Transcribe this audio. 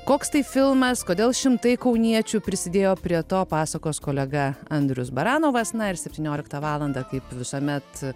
koks tai filmas kodėl šimtai kauniečių prisidėjo prie to pasakos kolega andrius baranovas na ir septynioliktą valandą kaip visuomet